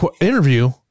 interview